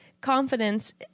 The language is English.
confidence